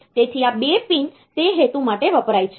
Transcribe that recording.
તેથી આ 2 પિન તે હેતુ માટે વપરાય છે